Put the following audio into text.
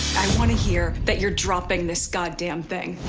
i want to hear that you're dropping this god damn thing.